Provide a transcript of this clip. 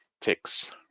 ticks